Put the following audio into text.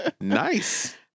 Nice